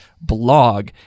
blog